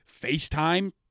FaceTime